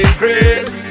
grace